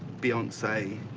beyonce,